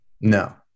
no